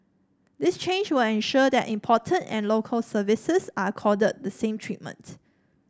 this change will ensure that imported and Local Services are accorded the same treatment